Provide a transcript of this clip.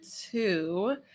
two